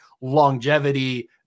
longevity